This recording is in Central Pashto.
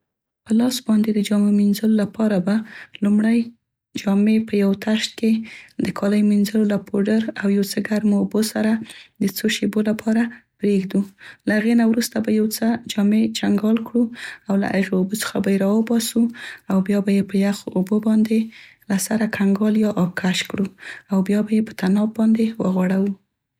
په لاس باندې د جامې مینځلو لپاره به لومړۍ جامې په یو تشت کې د کالیو مینځلو له پوډر او یو څه ګرمو اوبو سره د څو شیبو لپاره پریږدو. له هغې نه وروسته به یو څه جامې چنګال کړو، او له هغې اوبو څخه به یې راوباسو او بیا به یې په یخو اوبو باندې له سره کنګال یا ابکش کړو او بیا به یې په تناب باندې وغوړوو.